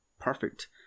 perfect